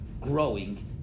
growing